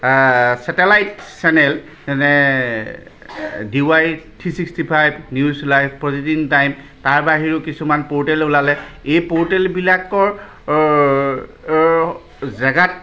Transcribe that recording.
satellite channel যেনে D Y three sixty five news live প্ৰতিদিন time তাৰ বাহিৰেও কিছুমান পৰ্টেল ওলালে এই পৰ্টেলবিলাকৰ জেগাত